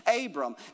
Abram